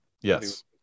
yes